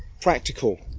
practical